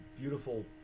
beautiful